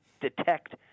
detect